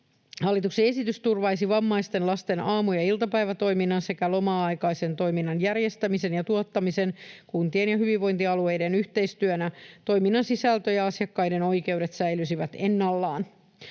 hallituksen esitys turvaisi vammaisten lasten aamu- ja iltapäivätoiminnan sekä loma-aikaisen toiminnan järjestämisen ja tuottamisen kuntien ja hyvinvointialueiden yhteistyönä. Toiminnan sisältö ja asiakkaiden oikeudet säilyisivät ennallaan.